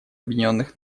объединенных